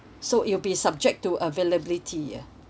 so it'll be subject to availability ya